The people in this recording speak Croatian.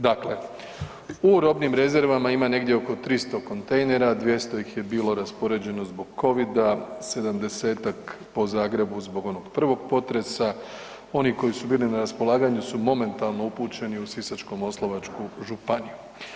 Dakle, u robnim rezervama ima negdje oko 300 kontejnera, 200 ih je bilo raspoređeno zbog Covida, 70-tak po Zagrebu zbog onog prvog potresa, oni koji su bili na raspolaganju su momentalno upućeni u Sisačko-moslavačku županiju.